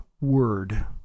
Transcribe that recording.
word